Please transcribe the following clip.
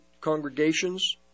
congregations